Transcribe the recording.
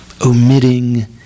omitting